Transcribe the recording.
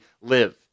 live